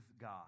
God